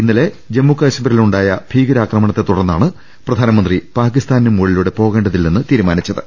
ഇന്നലെ ജമ്മുകാശ്മീരിലുണ്ടായ ഭീകരാക്രമണത്തെത്തുടർന്നാണ് പ്രധാ നമന്ത്രി പാകിസ്ഥാന് മുകളിലൂടെ പോകേണ്ടതില്ലെന്ന് തീരുമാനിച്ചത്